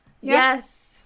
Yes